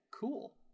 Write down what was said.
Cool